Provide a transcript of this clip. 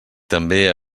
també